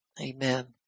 amen